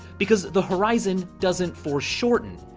because the horizon doesn't foreshorten.